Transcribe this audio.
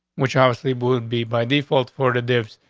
which obviously would be by default for the defense.